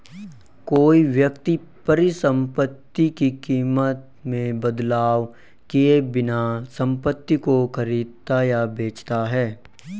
कोई व्यक्ति परिसंपत्ति की कीमत में बदलाव किए बिना संपत्ति को खरीदता या बेचता है